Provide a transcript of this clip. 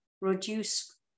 reduce